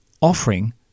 offering